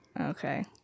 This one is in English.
Okay